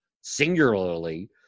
singularly